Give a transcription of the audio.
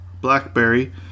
Blackberry